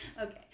Okay